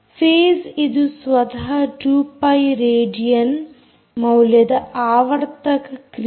face ಇದು ಸ್ವತಃ 2ಪೈ ರೇಡಿಯನ್ ಮೌಲ್ಯದ ಆವರ್ತಕ ಕ್ರಿಯೆ